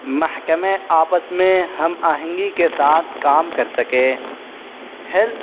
محکمے آپس میں ہم آہنگی کے ساتھ کام کر سکیں ہیلتھ